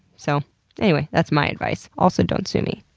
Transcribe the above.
so anyways, that's my advice. also, don't sue me.